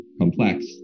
complex